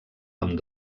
amb